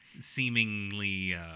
seemingly